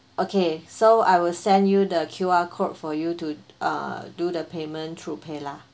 okay so I will send you the Q_R code for you to uh do the payment through paylah